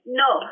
no